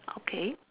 okay